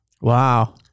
Wow